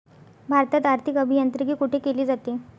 भारतात आर्थिक अभियांत्रिकी कोठे केले जाते?